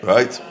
Right